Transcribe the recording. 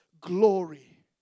glory